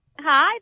Hi